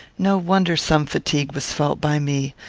no wonder some fatigue was felt by me,